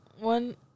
one